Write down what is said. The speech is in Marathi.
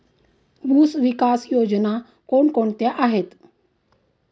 ऊसविकास योजना कोण कोणत्या आहेत?